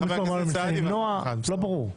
לא ברור.